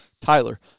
Tyler